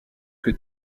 que